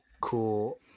cool